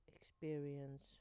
experience